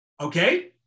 Okay